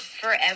forever